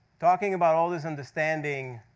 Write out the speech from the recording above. talking about all this understanding,